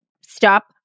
stop